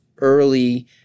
early